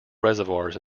reservoirs